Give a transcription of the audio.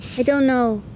i don't know